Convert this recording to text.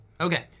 Okay